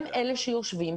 הם אלה שיושבים,